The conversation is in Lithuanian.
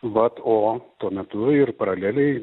vat o tuo metu ir paraleliai